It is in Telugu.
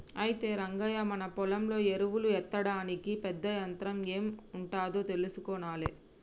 అయితే రంగయ్య మన పొలంలో ఎరువులు ఎత్తడానికి పెద్ద యంత్రం ఎం ఉంటాదో తెలుసుకొనాలే